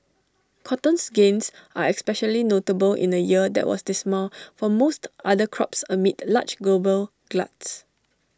cotton's gains are especially notable in A year that was dismal for most other crops amid large global gluts